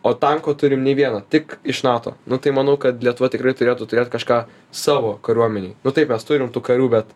o tanko turim nei vieno tik iš nato nu tai manau kad lietuva tikrai turėtų turėti kažką savo kariuomenei o taip mes turime tų karių bet